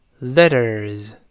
letters